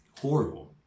horrible